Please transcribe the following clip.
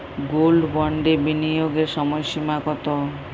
Gold বন্ডে বিনিয়োগের সময়সীমা কতো?